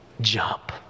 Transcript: Jump